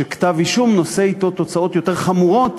שכתב-אישום נושא אתו תוצאות יותר חמורות